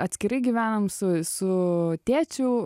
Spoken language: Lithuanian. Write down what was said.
atskirai gyvenam su su tėčiu